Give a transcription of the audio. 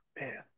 Man